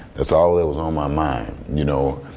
that's all that was on my mind, you know.